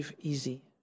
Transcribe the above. easy